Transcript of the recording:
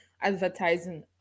advertising